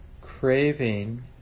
craving